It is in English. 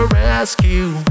rescue